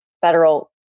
federal